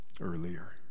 earlier